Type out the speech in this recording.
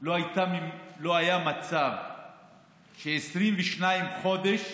לא היה מצב שבמשך 22 חודשים